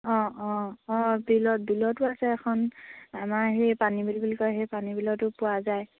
অঁ অঁ অঁ বিলত বিলতো আছে এখন আমাৰ সেই পানীবিল বুলি কয় সেই পানী বিলতো পোৱা যায়